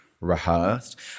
rehearsed